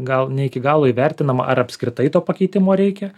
gal ne iki galo įvertinama ar apskritai to pakeitimo reikia